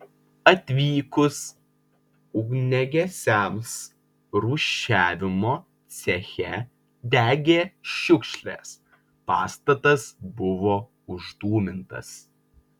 atvykus ugniagesiams rūšiavimo ceche degė šiukšlės pastatas buvo uždūmintas